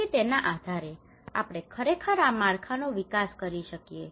તેથી તેના આધારે આપણે ખરેખર આ માળખાનો વિકાસ કરી શકીએ